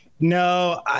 No